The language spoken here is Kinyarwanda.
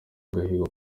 agahigo